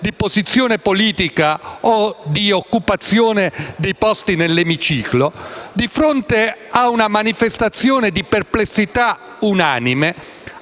di posizione politica o di occupazione dei posti nell'emiciclo), di fronte a una manifestazione di perplessità unanime